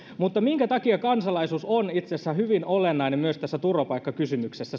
mutta minkä takia kansalaisuus on itse asiassa hyvin olennainen myös tässä turvapaikkakysymyksessä